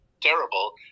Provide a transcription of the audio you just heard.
terrible